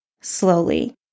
slowly